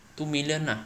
two million nah